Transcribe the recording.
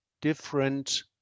different